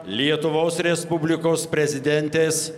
lietuvos respublikos prezidentės